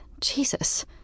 Jesus